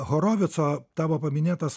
horovico tavo paminėtas